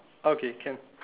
okay can